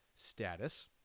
status